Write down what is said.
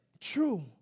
True